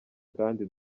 kandi